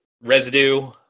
Residue